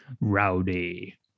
Rowdy